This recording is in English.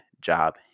job